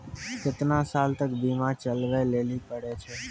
केतना साल तक बीमा चलाबै लेली पड़ै छै?